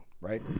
Right